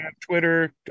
Twitter